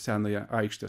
senąją aikštę